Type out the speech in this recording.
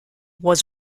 was